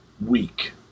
week